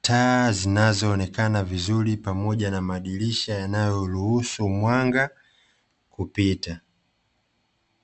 taa zinazoonekana vizuri pamoja na madirisha yanayoruhusu mwanga kupita.